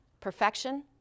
perfection